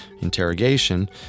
interrogation